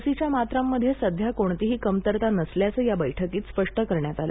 लसीच्या मात्रांमध्ये सध्या कोणतीही कमतरता नसल्याचं या बैठकीत स्पष्ट करण्यात आलं